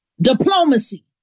diplomacy